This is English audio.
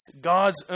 God's